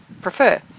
prefer